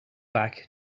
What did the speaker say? back